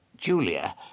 Julia